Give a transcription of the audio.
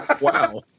Wow